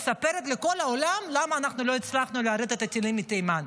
מספרים לכל העולם למה לא הצלחנו ליירט את הטילים מתימן.